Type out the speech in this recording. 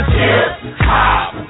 hip-hop